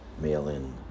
mail-in